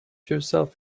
yourself